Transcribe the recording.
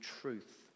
truth